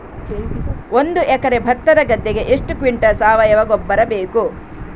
ಒಂದು ಎಕರೆ ಭತ್ತದ ಗದ್ದೆಗೆ ಎಷ್ಟು ಕ್ವಿಂಟಲ್ ಸಾವಯವ ಗೊಬ್ಬರ ಬೇಕು?